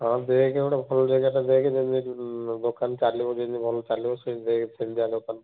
ହଁ ଦେଖେ ଗୋଟେ ଭଲ ଜାଗାଟା ଦେଖେ ଯେମିତି ଦୋକାନ ଚାଲିବ ଯେମିତି ଭଲ ଚାଲିବ ସେମିତି ଦେଖେ ସେମିତିଆ ଦୋକାନ